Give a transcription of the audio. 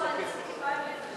ההצעה להפוך